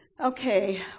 Okay